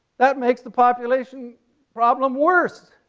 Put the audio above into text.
that makes the population problem worse,